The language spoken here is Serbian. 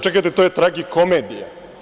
Čekajte, to je tragikomedija.